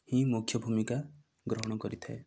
ହିଁ ମୁଖ୍ୟ ଭୂମିକା ଗ୍ରହଣ କରିଥାଏ